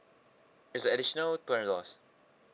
it's a additional two hundred dollars